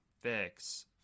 fix